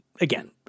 again